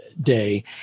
day